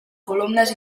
columnes